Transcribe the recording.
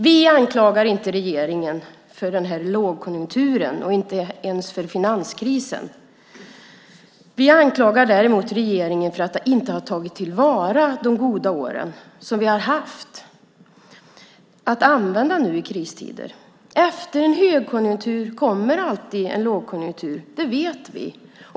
Vi anklagar inte regeringen för den här lågkonjunkturen, inte ens för finanskrisen. Vi anklagar däremot regeringen för att inte ha tagit till vara de goda år som vi har haft för att använda nu i kristider. Efter en högkonjunktur kommer alltid en lågkonjunktur. Det vet vi.